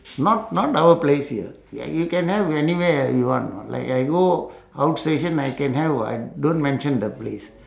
not not our place here ya you can have anywhere you want like I go outstation I can have [what] I don't mention the place